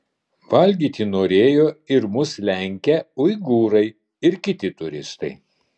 valgyti norėjo ir mus lenkę uigūrai ir kiti turistai